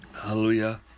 Hallelujah